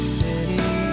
city